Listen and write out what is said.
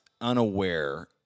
unaware